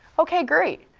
ok, great.